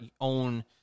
own